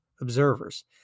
observers